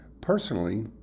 Personally